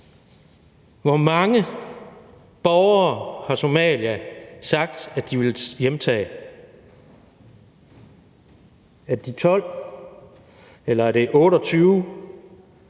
Hvor mange borgere har Somalia sagt at de vil hjemtage? Er det de 12, eller er det de